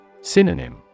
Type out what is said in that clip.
Synonym